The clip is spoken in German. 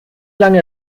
lange